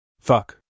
Fuck